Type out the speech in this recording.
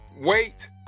Wait